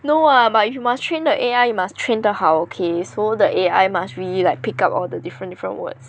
no [what] but if you must train the A_I you must train 得好 okay so the A_I must really like pick up all the different different words